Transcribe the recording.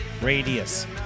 radius